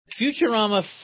Futurama